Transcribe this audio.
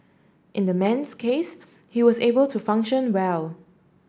in the man's case he was able to function well